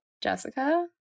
jessica